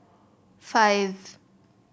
five